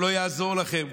לא יעזור לכם,